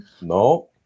No